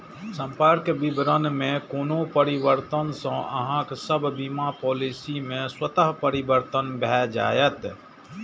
संपर्क विवरण मे कोनो परिवर्तन सं अहांक सभ बीमा पॉलिसी मे स्वतः परिवर्तन भए जाएत